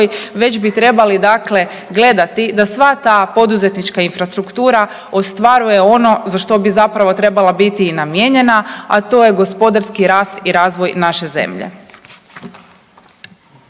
već bi trebali gledati da sva ta poduzetnička infrastruktura ostvaruje ono za što bi zapravo trebala biti i namijenjena, a to je gospodarski rast i razvoj naše zemlje.